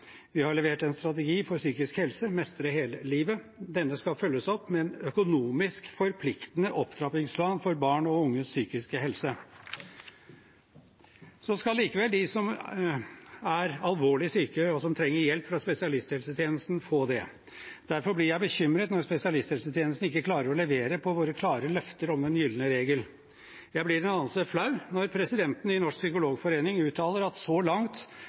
Vi har levert en strategi for psykisk helse, Mestre hele livet. Denne skal følges opp med en økonomisk forpliktende opptrappingsplan for barn og unges psykiske helse. Så skal likevel de som er alvorlig syke, og som trenger hjelp fra spesialisthelsetjenesten, få det. Derfor blir jeg bekymret når spesialisthelsetjenesten ikke klarer å levere på våre klare løfter om den gylne regel. Jeg blir en anelse flau når presidenten i Norsk psykologforening uttaler at